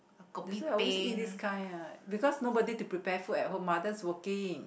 that's why always eat this kind ah because nobody to prepare food at home mothers working